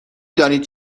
دانید